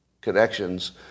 connections